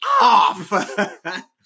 off